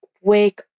wake